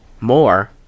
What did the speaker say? more